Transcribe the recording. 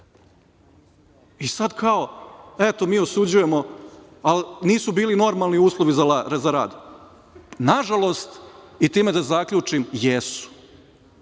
I sad kao, eto, mi osuđujemo, nisu bili normalni uslovi za rad. Nažalost, i time da zaključim jesu,